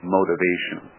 motivation